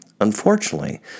Unfortunately